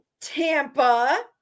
Tampa